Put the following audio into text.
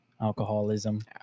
alcoholism